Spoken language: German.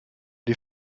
die